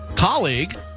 colleague